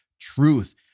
Truth